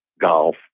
golf